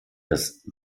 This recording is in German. das